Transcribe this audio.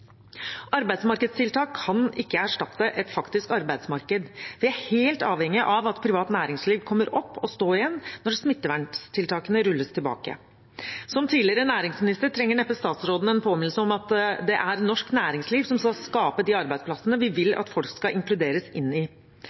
Arbeidsmarkedstiltak kan ikke erstatte et faktisk arbeidsmarked, vi er helt avhengig av at privat næringsliv kommer opp å stå igjen når smitteverntiltakene rulles tilbake. Som tidligere næringsminister trenger statsråden neppe en påminnelse om at det er norsk næringsliv som skal skape de arbeidsplassene vi vil at folk skal inkluderes inn i.